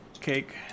cake